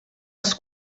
els